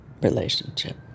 relationship